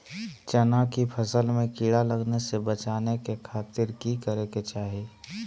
चना की फसल में कीड़ा लगने से बचाने के खातिर की करे के चाही?